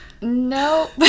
no